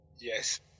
yes